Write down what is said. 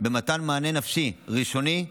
למתן מענה נפשי ראשוני.